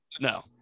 no